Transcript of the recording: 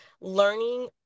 learning